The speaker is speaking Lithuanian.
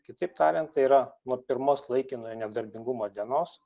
kitaip tariant tai yra nuo pirmos laikinojo nedarbingumo dienos